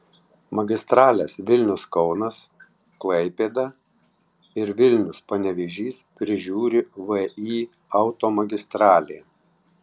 magistrales vilnius kaunas klaipėda ir vilnius panevėžys prižiūri vį automagistralė